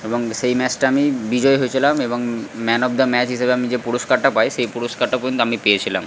এবং সেই ম্যাচটা আমি বিজয়ী হয়েছিলাম এবং ম্যান অফ দ্য ম্যাচ হিসেবে আমি যে পুরস্কারটা পাই সেই পুরস্কারটা পর্যন্ত আমি পেয়েছিলাম